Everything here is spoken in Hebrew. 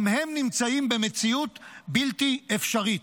גם הם נמצאים במציאות בלתי אפשרית.